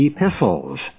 epistles